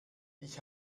ich